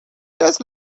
just